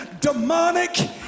demonic